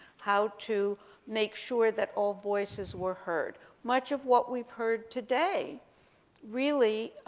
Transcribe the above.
how to make sure that all voices were heard. much of what we've heard today really,